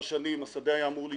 כל משרדי הממשלה,